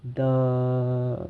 the